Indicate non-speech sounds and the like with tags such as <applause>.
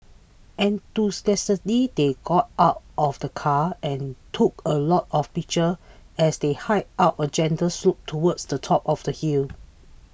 enthusiastically they got out of the car and took a lot of pictures as they hiked up a gentle slope towards the top of the hill <noise>